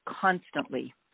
constantly